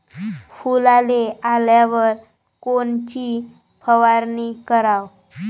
फुलाले आल्यावर कोनची फवारनी कराव?